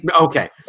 Okay